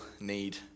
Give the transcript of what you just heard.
need